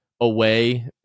away